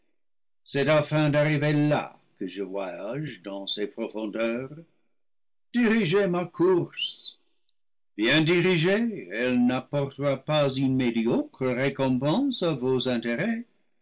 c'est afin d'arriver là que je voyage dans ces profondeurs dirigez ma course bien dirigée elle n'ap portera pas une médiocre récompense à vos intérêts